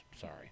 sorry